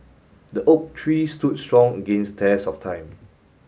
the oak tree stood strong against test of time